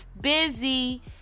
busy